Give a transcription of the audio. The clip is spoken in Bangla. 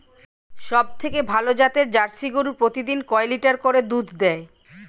সবথেকে ভালো জাতের জার্সি গরু প্রতিদিন কয় লিটার করে দুধ দেয়?